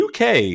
UK